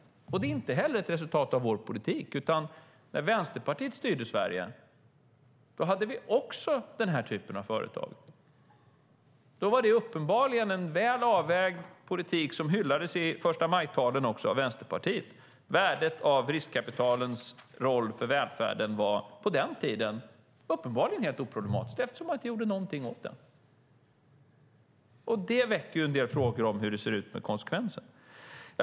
Det är inte heller ett resultat av vår politik. När Vänsterpartiet styrde Sverige hade vi också den här typen av företag. Då var det uppenbarligen en väl avvägd politik som hyllades i förstamajtalen också av Vänsterpartiet. Värdet av riskkapitalets roll för välfärden var på den tiden uppenbarligen helt oproblematiskt eftersom man inte gjorde någonting åt det. Detta väcker en del frågor om hur det ser ut med konsekvensen.